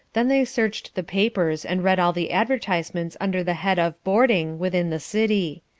then they searched the papers and read all the advertisements under the head of boarding within the city.